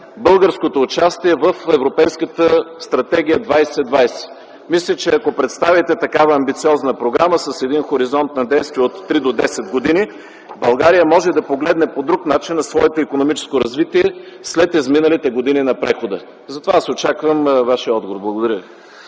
българското участие в Европейската стратегия 2020. Мисля, че ако представите такава амбициозна програма с един хоризонт на действие от 3 до 10 години, България може да погледне по друг начин на своето икономическо развитие след изминалите години на прехода. Затова аз очаквам Вашия отговор. Благодаря